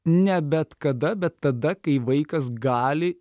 ne bet kada bet tada kai vaikas gali